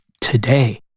today